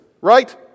right